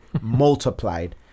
multiplied